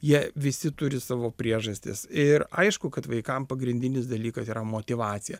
jie visi turi savo priežastis ir aišku kad vaikam pagrindinis dalykas yra motyvacija